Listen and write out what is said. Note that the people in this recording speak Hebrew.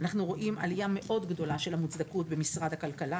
אנחנו רואים עלייה מאוד גדולה של המוצדקות במשרד הכלכלה.